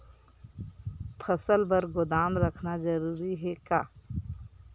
फसल बर गोदाम रखना जरूरी हे का?